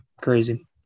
crazy